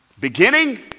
Beginning